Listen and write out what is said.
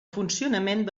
funcionament